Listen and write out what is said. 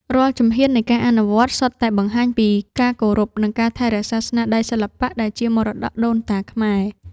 រាល់ជំហាននៃការអនុវត្ត សុទ្ធតែបង្ហាញពីការគោរព និងការថែរក្សាស្នាដៃសិល្បៈដែលជាមរតកដូនតាខ្មែរ។